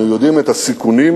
אנו יודעים את הסיכונים.